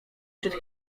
przed